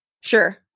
Sure